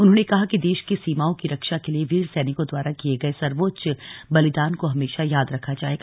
उन्होंने कहा कि देश की सीमाओं की रक्षा के लिए वीर सैनिकों द्वारा किए गए सर्वोच्च बलिदान को हमेशा याद रखा जायेगा